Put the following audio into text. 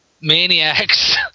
maniacs